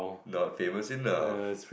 not famous enough